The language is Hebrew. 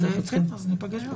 אז כן, ניפגש.